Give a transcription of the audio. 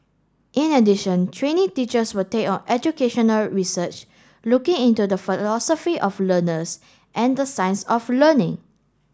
in addition trainee teachers will take on educational research looking into the of learners and the science of learning